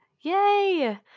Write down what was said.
Yay